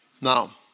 Now